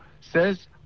says